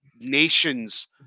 Nations